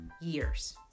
years